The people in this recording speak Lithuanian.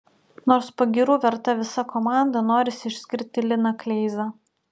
nors pagyrų verta visa komanda norisi išskirti liną kleizą